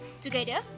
Together